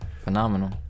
Phenomenal